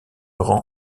rang